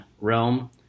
realm